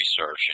research